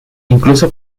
incluso